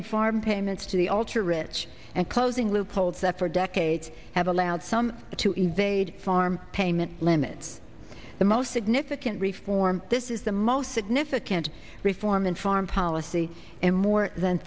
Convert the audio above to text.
farm payments to the ultra rich and closing loopholes that for decades have allowed some to evade farm payment limits the most significant reform this is the most significant reform in farm policy in more than